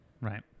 Right